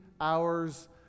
hours